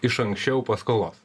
iš anksčiau paskolos